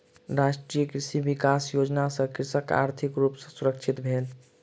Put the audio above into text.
राष्ट्रीय कृषि विकास योजना सॅ कृषक आर्थिक रूप सॅ सुरक्षित भेल